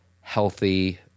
healthy